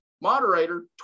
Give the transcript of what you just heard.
moderator